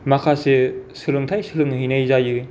माखासे सोलोंथाय सोलोंहैनाय जायो